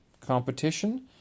competition